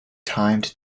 timed